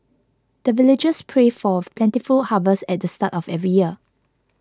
the villagers pray for plentiful harvest at the start of every year